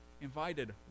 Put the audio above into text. invited